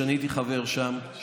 שאני הייתי חבר שם,